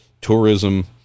tourism